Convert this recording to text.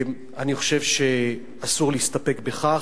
אני חושב שאסור להסתפק בכך,